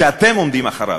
שאתם עומדים מאחוריו.